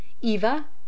eva